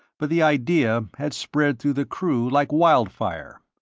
but the idea had spread through the crew like wildfire.